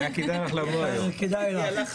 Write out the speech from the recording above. תודה.